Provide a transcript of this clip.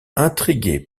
intrigué